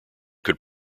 could